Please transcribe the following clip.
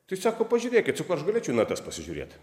tai sako pažiūrėkit sakau aš galėčiau į natas pasižiūrėt